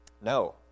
No